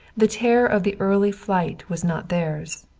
the terror of the early flight was not theirs,